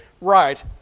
right